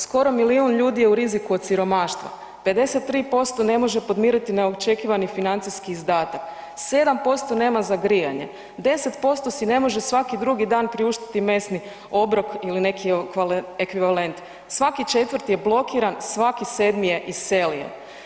Skoro milijun ljudi je u riziku od siromaštva, 53% ne može podmiriti neočekivani financijski izdatak, 7% nema za grijanje, 10% si ne može svaki drugi priuštiti mesni obrok ili neki ekvivalent, svaki četvrti je blokiran, svaki sedmi je iselio.